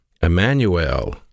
Emmanuel